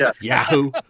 Yahoo